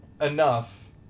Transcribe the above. enough